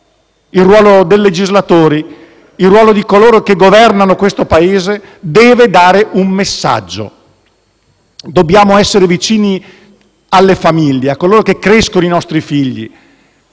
il ruolo del legislatore, il ruolo di coloro che governano questo Paese deve inviare un messaggio. Dobbiamo essere vicini alle famiglie, a coloro che crescono i nostri figli.